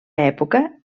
època